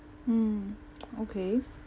mm okay